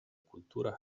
cultura